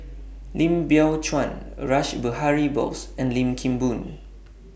Lim Biow Chuan Rash Behari Bose and Lim Kim Boon